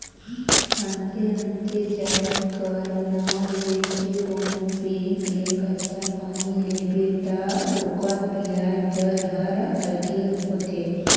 अन्ते अन्ते जाएत कर नांव ले के कोनो बेंक ले करजा पानी लेबे ता ओकर बियाज दर हर अलगे होथे